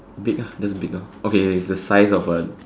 big ah just big hor okay K its the size of a